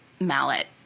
mallet